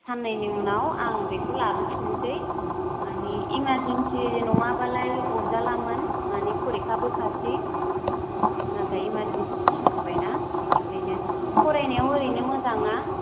साननैनि उनाव आं बेखौ लाबोफिनसै मानि इमारजेनसि नङा बालाय अरजालामोन मानि फरिखाबो खाथि नाथाय इमारजेनसि जाबाय ना बिदिखायनो फरायनायाव ओरैनो मोजां ना